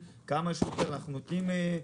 תודה.